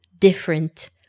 different